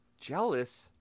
jealous